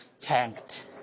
tanked